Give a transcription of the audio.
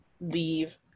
leave